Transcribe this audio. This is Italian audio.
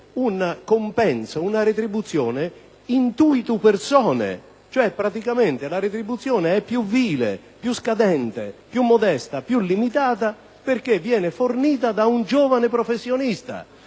un compenso, una retribuzione *intuitu personae*: praticamente, la retribuzione è più vile, più scadente, più modesta, più limitata perché la prestazione viene fornita da un giovane professionista.